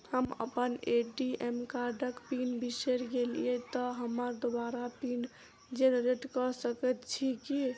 हम अप्पन ए.टी.एम कार्डक पिन बिसैर गेलियै तऽ हमरा दोबारा पिन जेनरेट कऽ सकैत छी की?